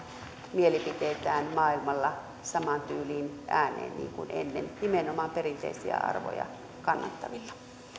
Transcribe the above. mielipiteitään maailmalla samaan tyyliin ääneen niin kuin ennen nimenomaan perinteisiä arvoja kannattavilla